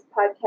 podcast